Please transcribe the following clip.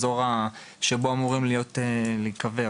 האזור שבו אמורים להיקבר.